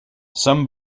some